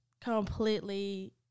completely